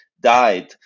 died